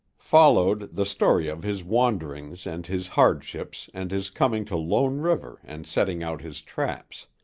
followed the story of his wanderings and his hardships and his coming to lone river and setting out his traps.